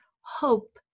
hope